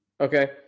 Okay